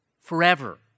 forever